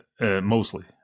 mostly